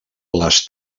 les